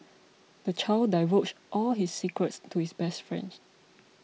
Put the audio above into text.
the child divulged all his secrets to his best friend